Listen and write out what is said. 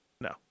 No